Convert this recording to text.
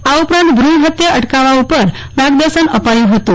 આ ઉપરાંત ભુણ ફત્યા અટકાવવા ઉપર માર્ગદર્શન આપ્યુ હતું